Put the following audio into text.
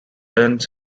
ends